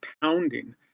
pounding